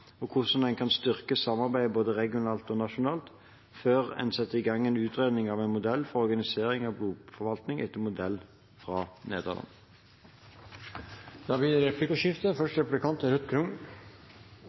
og hvordan en kan styrke samarbeidet både regionalt og nasjonalt, før en setter i gang en utredning av en modell for organisering av blodforvaltning etter modell fra Nederland. Det blir replikkordskifte. Under høringen kom det